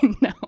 No